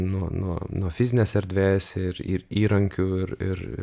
nuo nuo nuo fizinės erdvės ir ir įrankių ir ir